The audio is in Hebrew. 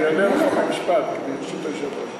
אני אענה לך במשפט, ברשות היושבת-ראש.